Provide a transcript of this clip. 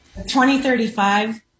2035